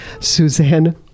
Suzanne